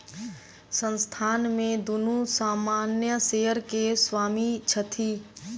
संस्थान में दुनू सामान्य शेयर के स्वामी छथि